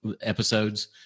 episodes